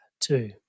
two